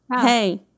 hey